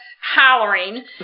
hollering